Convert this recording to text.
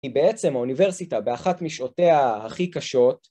היא בעצם האוניברסיטה באחת משעותיה הכי קשות.